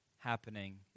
happening